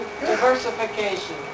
Diversification